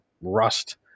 rust